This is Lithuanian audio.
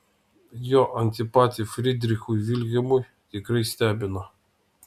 jo antipatija frydrichui vilhelmui tikrai stebina